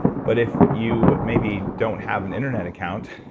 but if you maybe don't have an internet account,